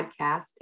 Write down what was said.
podcast